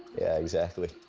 yeah, exactly.